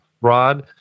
Rod